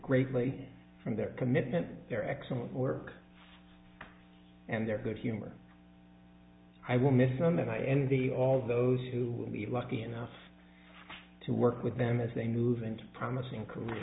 greatly from their commitment their excellent work and their good humor i will miss them and i and the all those who will be lucky enough to work with them as they move into promising career